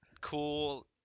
cool